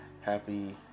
Happy